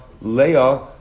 Leah